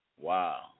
Wow